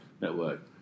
network